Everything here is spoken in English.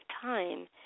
time